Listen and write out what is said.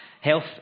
Health